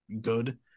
good